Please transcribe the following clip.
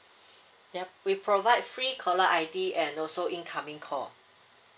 yup we provide free caller I_D and also incoming call